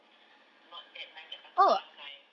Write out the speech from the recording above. not that nice like pasar malam kind